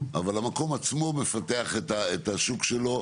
אבל המקום עצמו מפתח את השוק שלו,